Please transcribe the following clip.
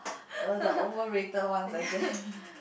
err the overrated ones I guess